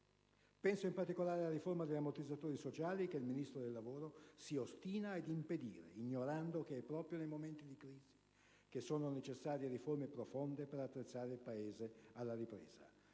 penso, in particolare, a quella degli ammortizzatori sociali, che il Ministro del lavoro si ostina ad impedire, ignorando che è proprio nei momenti di crisi che sono necessarie riforme profonde per attrezzare il Paese alla ripresa.